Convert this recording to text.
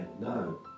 no